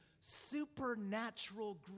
supernatural